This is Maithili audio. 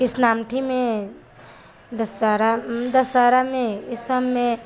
कृष्नाष्टमी मे दशहरा मे इसबमे